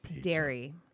dairy